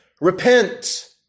Repent